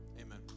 amen